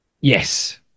Yes